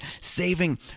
saving